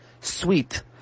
sweet